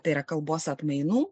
tai yra kalbos atmainų